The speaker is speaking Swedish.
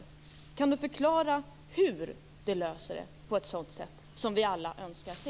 Kan Hans Stenberg förklara hur det löser situationen på ett sådant sätt som vi alla önskar se?